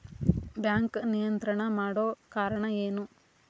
Bank ನಿಯಂತ್ರಣ ಮಾಡೊ ಕಾರ್ಣಾ ಎನು?